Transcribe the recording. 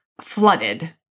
flooded